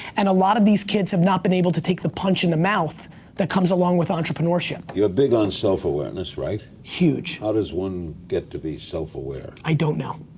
and a lot of these kids have not been able to take the punch in the mouth that comes along with entrepreneurship. you're big on self-awareness, right? huge. how does one get to be self-aware? i don't know.